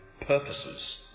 purposes